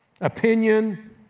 opinion